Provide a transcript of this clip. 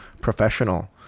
professional